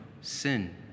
sin